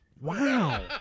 Wow